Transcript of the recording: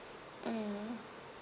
mm